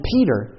Peter